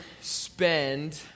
spend